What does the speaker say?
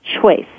choice